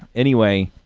anyway,